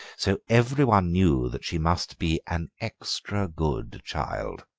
so everybody knew that she must be an extra good child.